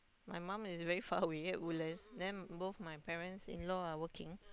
my mom is very far away at Woodlands then both my parents in law are working